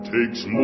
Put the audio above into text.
takes